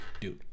dude